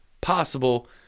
possible